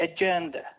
agenda